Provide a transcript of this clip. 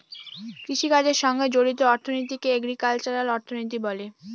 কৃষিকাজের সঙ্গে জড়িত অর্থনীতিকে এগ্রিকালচারাল অর্থনীতি বলে